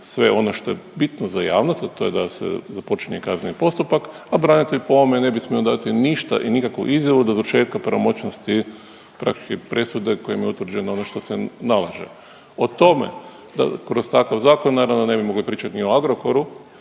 sve ono što je bitno za javnost, a to je da se započinje kazneni postupak, a branitelj po ovome ne bi smo dati ništa i nikakvu izjavu do završetka pravomoćnosti praktički presude kojom je utvrđeno ono što se nalaže. O tome kroz takav zakon naravno ne bi mogli pričati niti o Agrokoru,